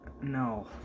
No